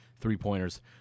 three-pointers